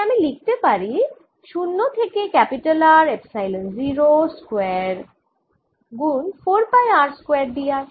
তাই আমি লিখতে পারি 0 থেকে R এপসাইলন 0 স্কয়ার গুন 4 পাই r স্কয়ার dr